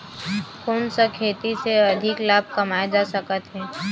कोन सा खेती से अधिक लाभ कमाय जा सकत हे?